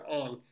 on